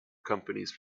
companies